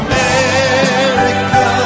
America